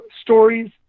stories